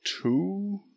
two